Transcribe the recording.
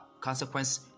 consequence